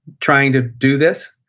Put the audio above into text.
trying to do this.